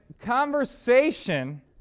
conversation